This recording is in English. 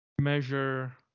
measure